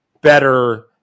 better